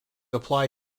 apply